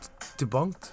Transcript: Debunked